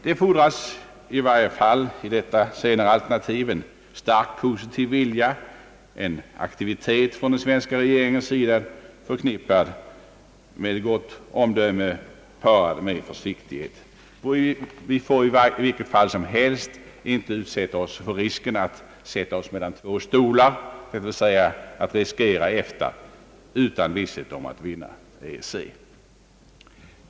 Det fordras i varje fall i detta senare alternativ en stark positiv vilja, en aktivitet från den svenska regeringens sida, förknippad med gott omdöme, parat med försiktighet. Vi får i vilket fall som helst inte utsätta oss för riskerna att sätta oss mellan två stolar, d. v. s. riskera EFTA utan visshet om att vinna EEC.